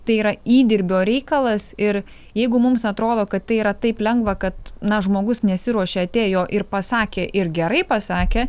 tai yra įdirbio reikalas ir jeigu mums atrodo kad tai yra taip lengva kad na žmogus nesiruošia atėjo ir pasakė ir gerai pasakė